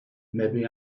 maybe